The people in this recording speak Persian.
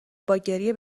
باگریه